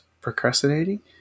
procrastinating